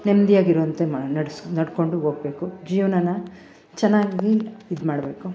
ನೆಮ್ಮದಿಯಾಗಿರುವಂತೆ ಮಾ ನಡ್ಸಿ ನಡ್ಕೊಂಡು ಹೋಗಬೇಕು ಜೀವನನ ಚೆನ್ನಾಗಿ ಇದ್ಮಾಡಬೇಕು